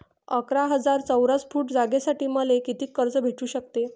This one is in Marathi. अकरा हजार चौरस फुट जागेसाठी मले कितीक कर्ज भेटू शकते?